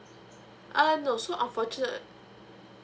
err no so unfortunate